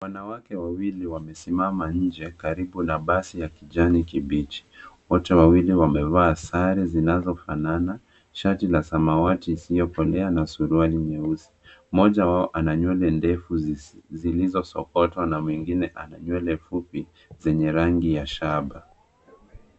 Wanawake wawili wamesimama nje karibu na basi ya kijani kibichi. Wote wawili wamevaa sare zinazofanana, shati la samawati isiyo kolea na suruali nyeusi. Mmoja wao ana nywele ndefu zilizosokotwa na mwingine ana nywele fupi zenye rangi ya shaba.